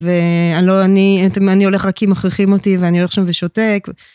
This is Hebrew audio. ואני הולכת רק כי מכריחים אותי, ואני הולכת שם ושותק.